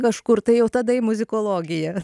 kažkur tai jau tada į muzikologiją